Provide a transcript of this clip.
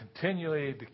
continually